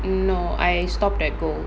no I stopped at gold